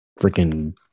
freaking